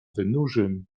wynurzym